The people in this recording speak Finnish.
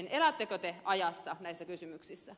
elättekö te ajassa näissä kysymyksissä